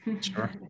sure